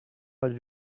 how